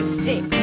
six